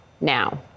now